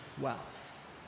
wealth